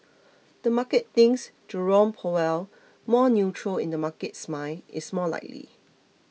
the market thinks Jerome Powell more neutral in the market's mind is more likely